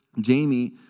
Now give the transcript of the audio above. Jamie